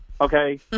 Okay